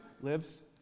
lives